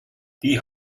die